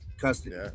custody